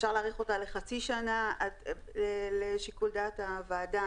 אפשר להאריך אותה לחצי שנה, לשיקול דעת הוועדה.